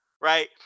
right